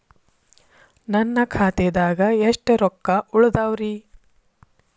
ನನ್ನ ಖಾತೆದಾಗ ಎಷ್ಟ ರೊಕ್ಕಾ ಉಳದಾವ್ರಿ?